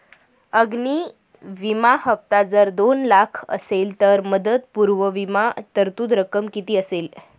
अग्नि विमा हफ्ता जर दोन लाख असेल तर मुदतपूर्व विमा तरतूद रक्कम किती असेल?